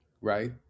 Right